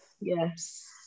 Yes